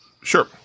sure